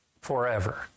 forever